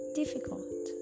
difficult